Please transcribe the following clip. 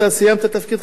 סיימת את תפקידך?